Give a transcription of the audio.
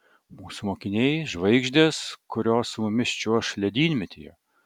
mūsų mokiniai žvaigždės kurios su mumis čiuoš ledynmetyje